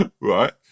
Right